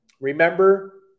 remember